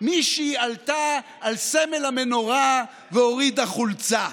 מישהי עלתה על סמל המנורה והורידה חולצה.